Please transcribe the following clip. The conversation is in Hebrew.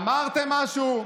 אמרתם משהו?